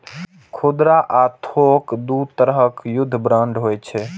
खुदरा आ थोक दू तरहक युद्ध बांड होइ छै